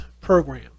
program